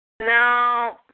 No